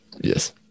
Yes